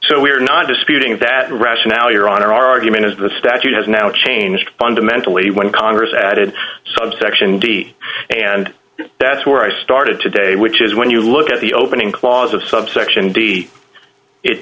we're not disputing that rationale your honor our argument is the statute has now changed fundamentally when congress added subsection d and that's where i started today which is when you look at the opening clause of subsection d it